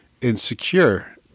insecure